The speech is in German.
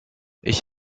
ich